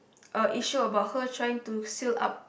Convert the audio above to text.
a issue about her trying to seal up